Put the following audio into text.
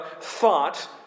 thought